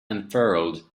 unfurled